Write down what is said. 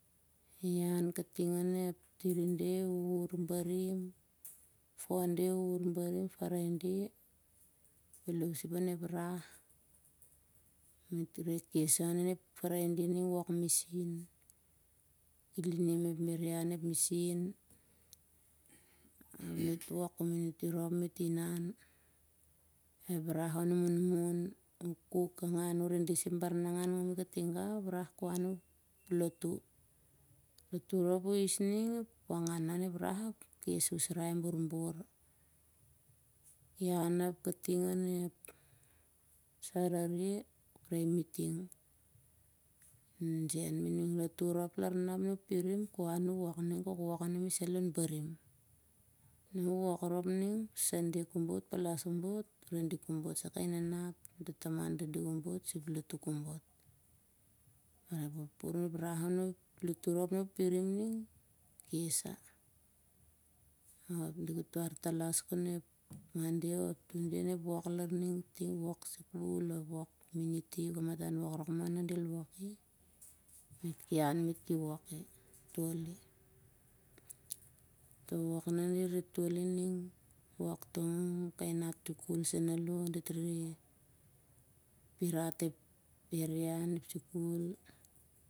Ep tirade uh wur barim, fonde uh wur barim, paride felowsip on ep rah, met re kes sah paride ning wok misin, kilinim ep eria on ep misin. met wok komuniti rop mek inan, ep rah on munmun. uh kuk. redi sah ep baranangan ngami katigau ap ku han uh lotu. lotu rop uh his ning uh angan mah on ep rah kes, usrai, borbor, ian ap kating on ep sarare pray miting. lotu rop lar nah ap ku han uh wok ning kok wok anum sai lon barim. sande kobot palas kobot redi kobot sah kai nanat, hamtoh taman redi sur ep lotu. lotu rop nah uh pirim kes sah, ap di ki war talas kon ep monde oh ep tunde ep lar ning na ep wok sukul oh ep wok komuniti. ep kamatan wok rak moh nah del wok i, met ki han met ki wok i. toh wok nah di re tol i ning wok dit pirat ep eria on ep